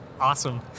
Awesome